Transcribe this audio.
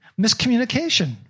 miscommunication